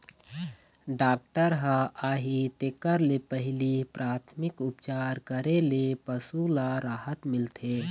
doctor ह आही तेखर ले पहिली पराथमिक उपचार करे ले पशु ल राहत मिलथे